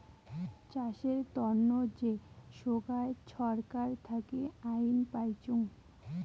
চাষের তন্ন যে সোগায় ছরকার থাকি আইন পাইচুঙ